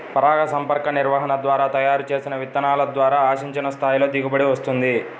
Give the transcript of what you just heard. పరాగసంపర్క నిర్వహణ ద్వారా తయారు చేసిన విత్తనాల ద్వారా ఆశించిన స్థాయిలో దిగుబడి వస్తుంది